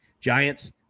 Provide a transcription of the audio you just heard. Giants